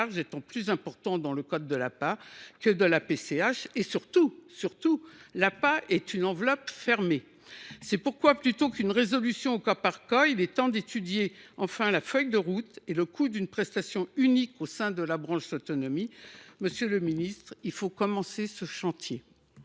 est plus important dans le cadre de l’APA que dans celui de la PCH. Surtout, l’APA est une enveloppe fermée. C’est pourquoi, plutôt qu’une résolution au cas par cas, il est temps d’étudier la feuille de route et le coût pour une prestation unique au sein de la branche autonomie. Monsieur le ministre, je vous invite à lancer ce chantier.